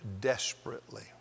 desperately